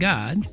God